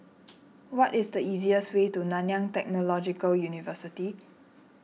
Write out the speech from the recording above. what is the easiest way to Nanyang Technological University